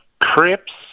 Crips